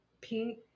pink